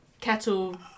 Kettle